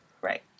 Right